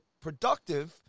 productive